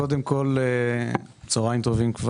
קודם כל, צהרים טובים.